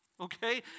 okay